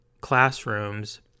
classrooms